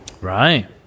Right